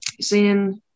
seeing